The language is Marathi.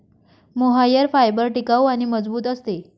मोहायर फायबर टिकाऊ आणि मजबूत असते